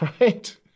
right